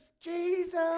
Jesus